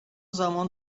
زمان